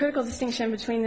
critical distinction between